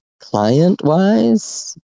Client-wise